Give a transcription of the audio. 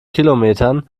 kilometern